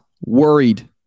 worried